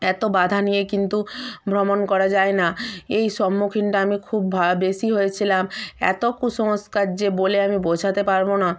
এত বাঁধা নিয়ে কিন্তু ভ্রমণ করা যায় না এই সম্মুখীনটা আমি খুব ভা বেশি হয়েছিলাম এত কুসংস্কার যে বলে আমি বোঝাতে পারবো না